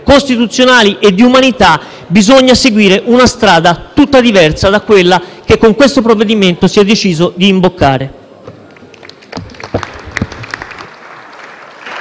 costituzionali e di umanità, bisogna seguire una strada tutta diversa da quella che con il provvedimento in esame si è deciso di imboccare.